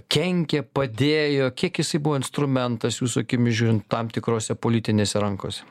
kenkė padėjo kiek jisai buvo instrumentas jūsų akimis žiūrint tam tikrose politinėse rankose